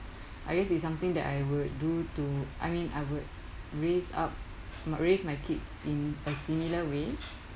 I guess it's something that I would do to I mean I would raise up my raise my kids in a similar way